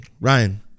Ryan